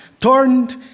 Turned